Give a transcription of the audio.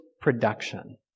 production